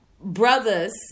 brothers